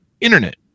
internet